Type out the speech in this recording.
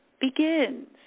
begins